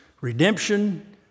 redemption